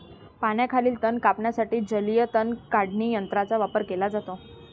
पाण्याखालील तण कापण्यासाठी जलीय तण काढणी यंत्राचा वापर केला जातो